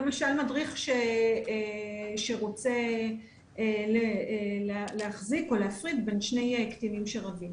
למשל מדריך שרוצה להחזיק או להפריד בין שני קטינים שרבים